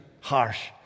harsh